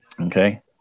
Okay